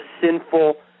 sinful